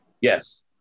Yes